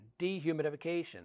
dehumidification